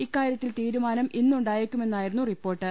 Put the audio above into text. ഇക്കാരൃത്തിൽ തീരുമാനം ഇന്നുണ്ടായേക്കുമെന്നായിരുന്നു റിപ്പോർട്ട്